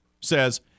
says